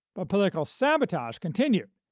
but political sabotage continued,